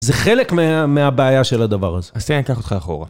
זה חלק מה...מהבעיה של הדבר הזה. אז תראה, אני אקח אותך אחורה.